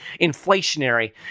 inflationary